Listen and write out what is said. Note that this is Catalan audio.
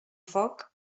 foc